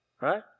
Right